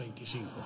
25